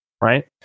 Right